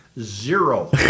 Zero